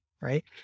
right